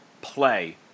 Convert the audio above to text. play